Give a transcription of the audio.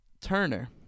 Turner